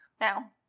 Now